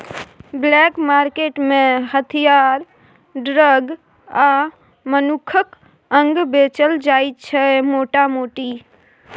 black market मे हथियार, drug आ मनुखक अंग बेचल जाइ छै मोटा मोटी